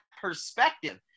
perspective